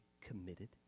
committed